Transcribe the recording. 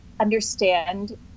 understand